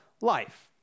life